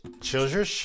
Children